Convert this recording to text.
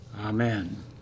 amen